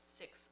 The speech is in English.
six